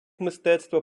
мистецтва